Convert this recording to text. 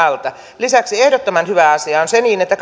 alta lisäksi ehdottoman hyvä asia on se että